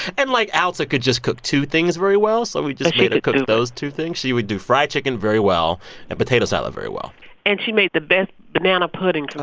and like, alta could just cook two things very well. so we just made her cook those two things. she would do fried chicken very well and potato salad very well and she made the best banana pudding